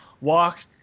walk